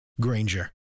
Granger